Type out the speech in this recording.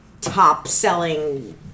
top-selling